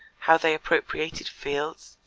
how they appropriated fields,